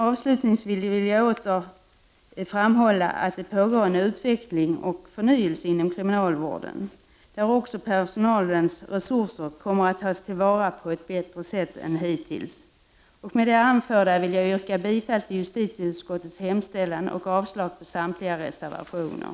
Avslutningsvis vill jag åter framhålla att det pågår en utveckling och förnyelse inom kriminalvården, där också personalens resurser kommer att tas till vara på ett bättre sätt än hittills. Med det anförda vill jag yrka bifall till justitieutskottets hemställan och avslag på samtliga reservationer.